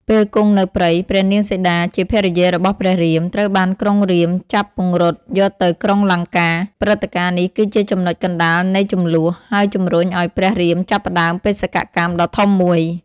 ពេលគង់នៅព្រៃ ព្រះនាងសីតាជាភរិយារបស់ព្រះរាម ត្រូវបានក្រុងរាពណ៍ចាប់ពង្រត់យកទៅក្រុងលង្កា។ ព្រឹត្តិការណ៍នេះគឺជាចំណុចកណ្ដាលនៃជម្លោះ ហើយជំរុញឲ្យព្រះរាមចាប់ផ្ដើមបេសកកម្មដ៏ធំមួយ។